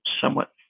somewhat